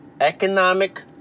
economic